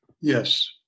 Yes